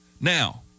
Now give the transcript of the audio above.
Now